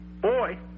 Boy